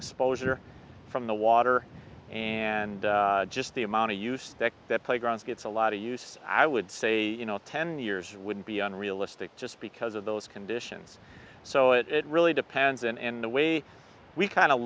exposure from the water and just the amount to use that that playground gets a lot of use i would say you know ten years would be unrealistic just because of those conditions so it really depends and the way we kind of